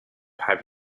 have